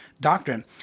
doctrine